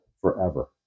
forever